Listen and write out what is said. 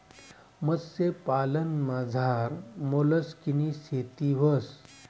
मत्स्यपालनमझार मोलस्कनी शेती व्हस